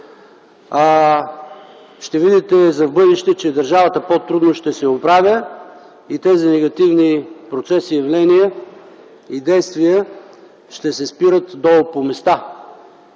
Ще видите за в бъдеще, че държавата по-трудно ще се оправя и тези негативни процеси, явления и действия ще се спират надолу по места.